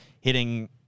hitting